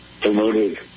promoted